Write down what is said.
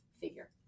figure